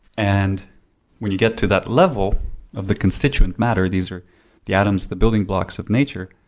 and when you get to that level of the constituent matter, these are the atoms, the building blocks of nature,